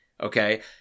Okay